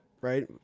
right